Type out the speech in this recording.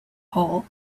hole